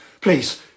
Please